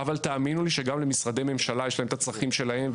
אבל תאמינו לי שגם למשרדי ממשלה יש את הצרכים שלהם,